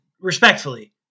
respectfully